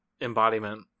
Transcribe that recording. embodiment